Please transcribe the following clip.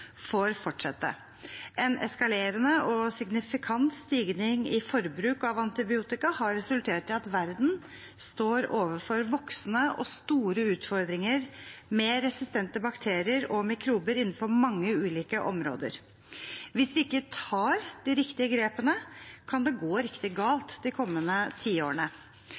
får fortsette. En eskalerende og signifikant stigning i forbruk av antibiotika har resultert i at verden står overfor voksende og store utfordringer med resistente bakterier og mikrober innenfor mange ulike områder. Hvis vi ikke tar de riktige grepene, kan det gå riktig galt de kommende tiårene.